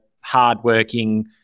hardworking